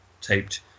taped